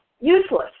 useless